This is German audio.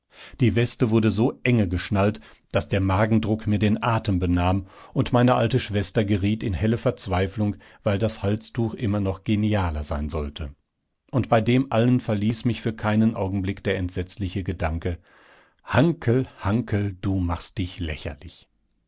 die weste wurde so enge geschnallt daß der magendruck mir den atem benahm und meine alte schwester geriet in helle verzweiflung weil das halstuch immer noch genialer sein sollte und bei dem allen verließ mich für keinen augenblick der entsetzliche gedanke hanckel hanckel du machst dich lächerlich